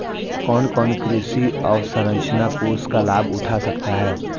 कौन कौन कृषि अवसरंचना कोष का लाभ उठा सकता है?